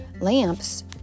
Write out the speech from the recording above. lamps